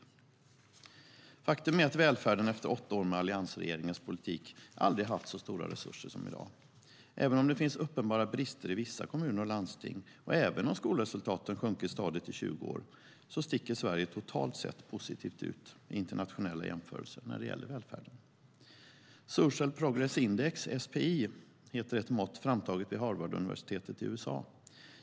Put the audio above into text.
Faktum är att välfärden efter åtta år med alliansregeringens politik aldrig haft så stora resurser som i dag. Även om det finns uppenbara brister i vissa kommuner eller landsting och även om skolresultaten sjunkit stadigt i 20 år sticker Sverige totalt sett positivt ut i internationella jämförelser när det gäller välfärden. Social progress index, SPI, heter ett mått framtaget vid Harvarduniversitetet i USA.